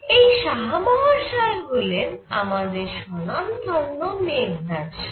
এই সাহা মহাশয় হলেন আমাদের স্বনামধন্য মেঘনাদ সাহা